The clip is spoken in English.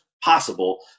possible